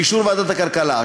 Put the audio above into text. באישור ועדת הכלכלה.